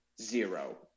zero